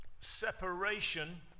separation